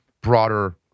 broader